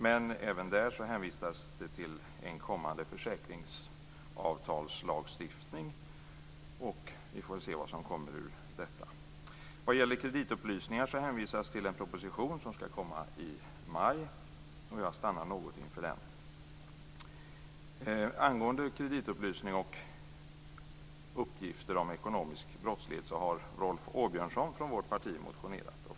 Men även där hänvisas det till en kommande försäkringsavtalslagstiftning. Vi får väl se vad som kommer ut ur detta. Vad gäller kreditupplysningar hänvisas det till en proposition som ska komma i maj. Jag ska stanna upp något inför den. Angående kreditupplysning och uppgifter om ekonomisk brottslighet har Rolf Åbjörnsson från vårt parti motionerat.